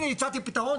הנה הצעתי פתרון,